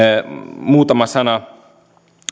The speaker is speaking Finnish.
muutama sana